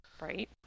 right